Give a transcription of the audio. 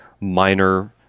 minor